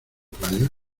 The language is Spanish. playa